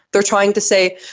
they are trying to say,